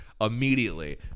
immediately